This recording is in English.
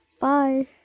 Bye